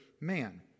man